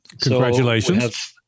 congratulations